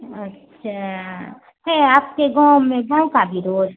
अच्छा है आपके गाँव में गाँव का भी रोड